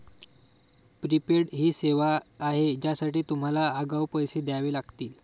prepaid ही सेवा आहे ज्यासाठी तुम्हाला आगाऊ पैसे द्यावे लागतील